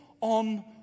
on